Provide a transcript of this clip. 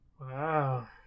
wow